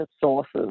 sources